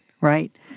right